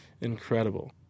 incredible